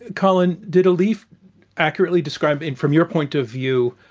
colin, did elif accurately describe it from your point of view,